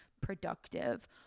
productive